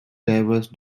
diverse